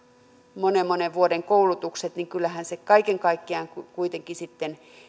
monen monen vuoden koulutukset kyllähän se kaiken kaikkiaan sitten